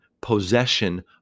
possession